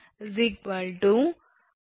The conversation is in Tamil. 27248